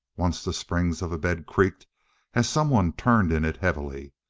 once the springs of a bed creaked as someone turned in it heavily.